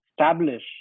establish